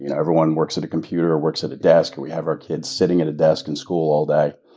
you know everyone works at a computer, works at a desk, and we have our kids sitting at a desk in school all day,